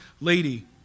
lady